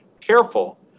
careful